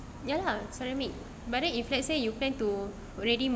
ya lah ceramic but then if let's say you plan to